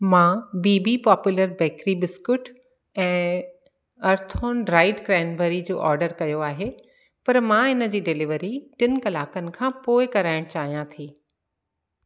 मां बी बी पॉपुलर बेकरी बिस्कुट ऐं अर्थोन ड्राइड क्रैनबेरी जो ऑडर कयो आहे पर मां इन जी डिलीवरी टिनि कलाक खां पोइ कराइणु चाहियां थी